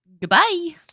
goodbye